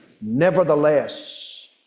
Nevertheless